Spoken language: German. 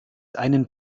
einen